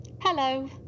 Hello